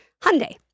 Hyundai